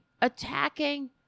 attacking